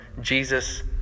Jesus